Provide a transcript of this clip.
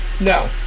No